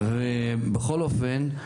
בכל אופן,